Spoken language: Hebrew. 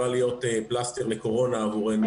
עצוב.